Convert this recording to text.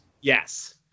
Yes